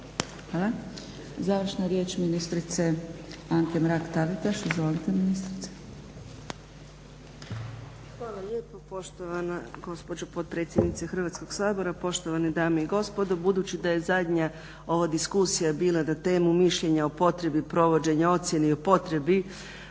Hvala. Završna riječ ministrice Anke Mrak Taritaš. Izvolite ministrice. **Mrak-Taritaš, Anka (HNS)** Hvala lijepo poštovana gospođo potpredsjednice Hrvatskog sabora, poštovane dame i gospodo. Budući da je zadnja ova diskusija bila na temu mišljenja o potrebi provođenja ocjeni i o potrebi